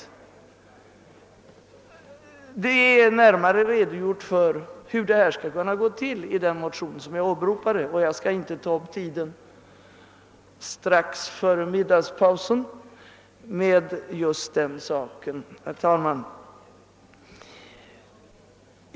I den motion som är åberopad redogörs det närmare för hur detta skall kunna gå till — jag skall inte ta upp tiden nu strax före middagspausen med den saken.